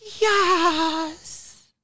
Yes